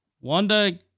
Wanda